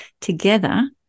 together